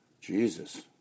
Jesus